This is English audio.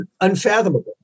unfathomable